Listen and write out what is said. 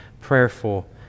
prayerful